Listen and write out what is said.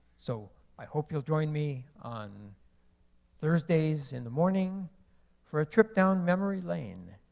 so, i hope you'll join me on thursdays in the morning for a trip down memory lane